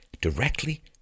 directly